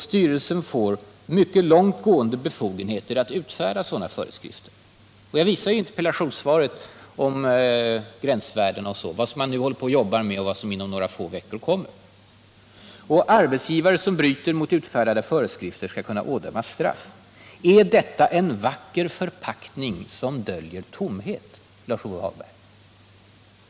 Styrelsen får mycket långt gående befogenheter att utfärda sådana föreskrifter. Jag visade i interpellationssvaret vad man nu jobbar med och vad man inom några veckor kommer med i fråga om gränsvärden och sådant. Arbetsgivare som bryter mot utfärdade föreskrifter skall kunna ådömas straff. Är detta ”en vacker förpackning som döljer tomhet”, Lars-Ove Hagberg?